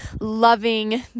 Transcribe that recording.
loving